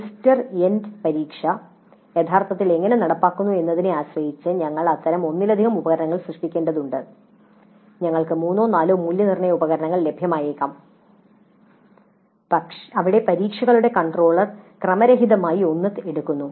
semester end പരീക്ഷ യഥാർത്ഥത്തിൽ എങ്ങനെ നടപ്പാക്കുന്നു എന്നതിനെ ആശ്രയിച്ച് ഞങ്ങൾ അത്തരം ഒന്നിലധികം ഉപകരണങ്ങൾ സൃഷ്ടിക്കേണ്ടതുണ്ട് ഞങ്ങൾക്ക് മൂന്നോ നാലോ മൂല്യനിർണ്ണയ ഉപകരണങ്ങൾ ലഭ്യമായിരിക്കാം അവിടെ പരീക്ഷയുടെ കൺട്രോളർ ക്രമരഹിതമായി ഒന്ന് എടുക്കുന്നു